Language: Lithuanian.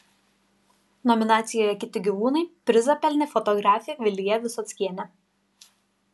nominacijoje kiti gyvūnai prizą pelnė fotografė vilija visockienė